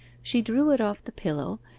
she drew it off the pillow,